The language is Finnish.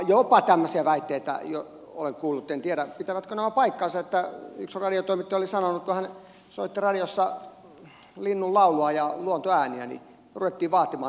jopa tämmöisiä väitteitä olen kuullut en tiedä pitävätkö nämä paikkansa että yksi radiotoimittaja oli sanonut että kun hän soitti radiossa linnunlaulua ja luontoääniä niin ruvettiin vaatimaan tekijänoikeuskorvauksia